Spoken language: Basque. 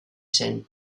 zen